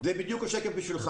זה בדיוק השקף שלך